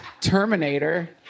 Terminator